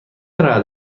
رعد